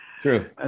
true